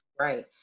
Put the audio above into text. Right